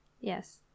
Yes